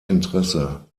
interesse